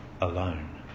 alone